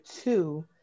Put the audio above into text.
two